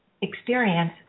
experience